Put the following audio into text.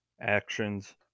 actions